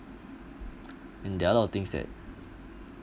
and the other of things that